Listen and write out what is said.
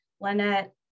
Lynette